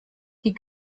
die